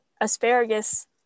asparagus